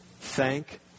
Thank